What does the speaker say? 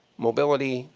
mobility,